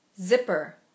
Zipper